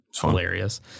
hilarious